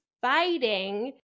fighting